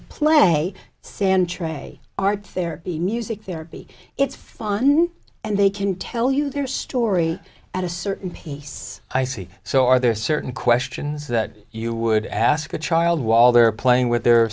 play sand tray art therapy music therapy it's fun and they can tell you their story at certain piece i see so are there certain questions that you would ask a child while they're playing with their